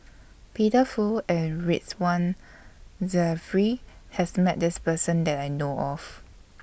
Peter Fu and Ridzwan Dzafir has Met This Person that I know of